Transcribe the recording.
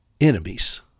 enemies